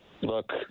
look